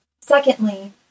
Secondly